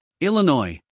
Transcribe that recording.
Illinois